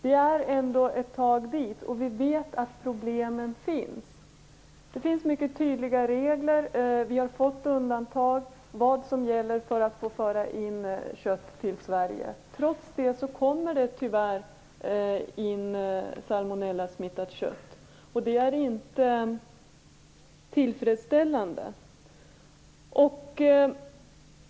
Det är ett tag dit, och vi vet att problemen finns. Det finns mycket tydliga regler, och vi har fått undantag när det gäller att föra in kött till Sverige. Trots det kommer det tyvärr in salmonellasmittat kött. Det är inte tillfredsställande.